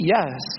Yes